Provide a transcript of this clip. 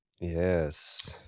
Yes